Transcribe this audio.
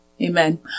Amen